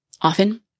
often